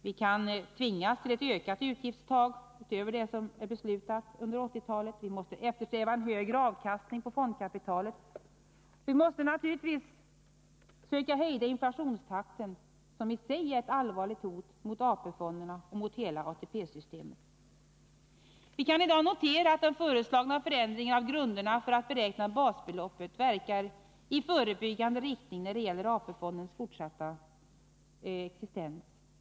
Vi kan tvingas till ett ökat avgiftsuttag utöver det som är beslutat under 1980-talet, vi måste eftersträva en högre avkastning på fondkapitalet och vi måste naturligtvis försöka hejda inflationstakten, som i sig är ett allvarligt hot mot AP-fonden och mot hela ATP-systemet. Vi kan i dag notera att den föreslagna förändringen av grunderna för att beräkna basbeloppet verkar i förebyggande riktning när det gäller AP fondens fortsatta existens.